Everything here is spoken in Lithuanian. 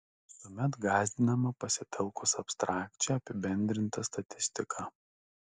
visuomet gąsdinama pasitelkus abstrakčią apibendrintą statistiką